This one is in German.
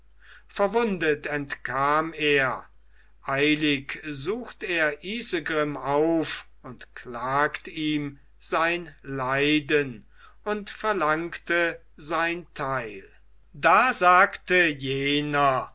verwundet entkam er eilig sucht er isegrim auf und klagt ihm sein leiden und verlangte sein teil da sagte jener